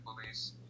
police